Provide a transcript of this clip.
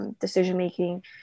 decision-making